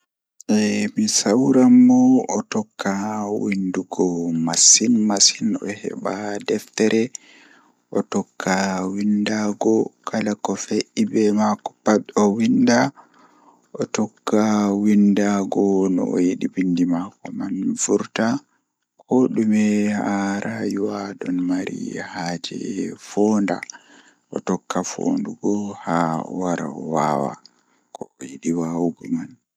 Eh mi sawran mo otokka windugo masin o heɓa deftere tokka windaago kala ko fe'e be maako pat o winda tokka windaago no oyidi windi maako man wurta koo ɗume haa rayuwa don mari haaje foonda tokka fondaago haa o wara o waawa ko oyiɗi waawugo man.